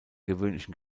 gewöhnlichen